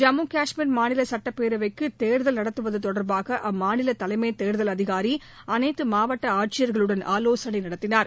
ஜம்மு கஷ்மீர் மாநில சுட்டப்பேரவைக்கு தேர்தல் நடத்துவது தொடர்பாக அம்மாநில தலைமைத் தேர்தல் அதிகாரி அனைத்து மாவட்ட ஆட்சியர்களுடன் ஆலோசனை நடத்தினார்